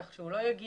כך שהוא לא יגיע.